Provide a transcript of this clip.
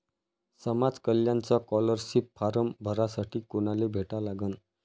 समाज कल्याणचा scholarship form भरासाठी कुनाले भेटा लागन?